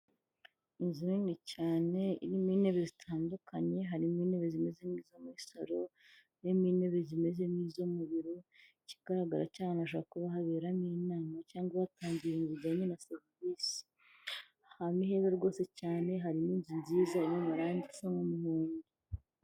Inzu nini cyane irimo intebe zitandukanye, harimo intebe zimeze nk'izo muri salo, harimo intebe zimeze nk'izo mu biro, ikigaragara cyo aha hantu hashobora kuba haberamo inama cyangwa batanga ibintu bijyanye na serivisi, aha hantu ni heza rwose cyane harimo inzu nziza irimo amarange asa nk'umuhondo.